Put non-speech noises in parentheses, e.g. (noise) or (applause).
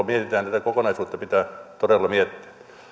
(unintelligible) mietitään tätä kokonaisuutta pitää todella miettiä